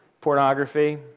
Pornography